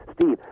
Steve